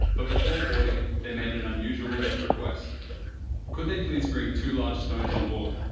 but before boarding they made an unusual request could they please bring too large stones onboard?